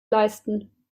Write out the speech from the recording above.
leisten